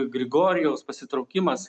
grigorijaus pasitraukimas